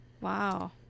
wow